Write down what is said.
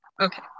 okay